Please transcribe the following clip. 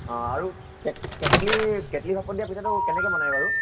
অঁ আৰু kettle kettle ভাপত দিয়া পিঠাটো কেনেকৈ বনাই বাৰু